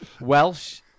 Welsh